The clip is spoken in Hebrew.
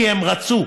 כי הם רצו.